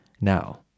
Now